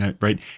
right